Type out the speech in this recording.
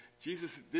Jesus